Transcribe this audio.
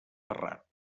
terrat